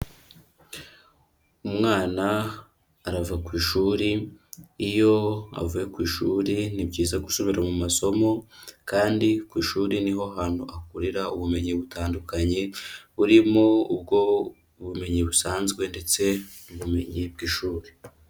Umwana arava ku ishuri, iyo avuye ku ishuri ni byiza gusubira mu masomo kandi ku ishuri niho hantu akorera ubumenyi butandukanye, burimo ubwo bumenyi busanzwe ndetse n'ubumenyi bw'ishuri.